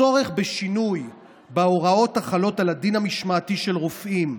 הצורך בשינוי בהוראות החלות על הדין המשמעתי של רופאים,